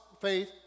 faith